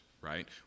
right